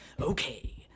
okay